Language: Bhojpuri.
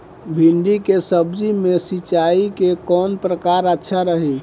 भिंडी के सब्जी मे सिचाई के कौन प्रकार अच्छा रही?